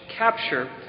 Capture